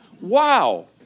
wow